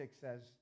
says